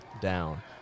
down